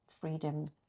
freedom